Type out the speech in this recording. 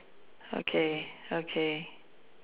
okay okay